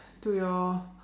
to your